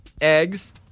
Eggs